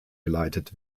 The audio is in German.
geleitet